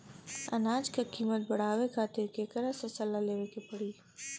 अनाज क कीमत बढ़ावे खातिर केकरा से सलाह लेवे के पड़ी?